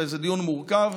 וזה דיון מורכב.